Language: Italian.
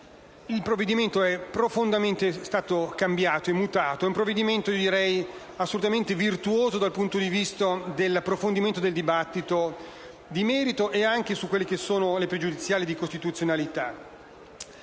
il provvedimento è stato profondamente cambiato e mutato. È un provvedimento assolutamente virtuoso dal punto di vista dell'approfondimento del dibattito di merito, anche in relazione alle pregiudiziali di costituzionalità: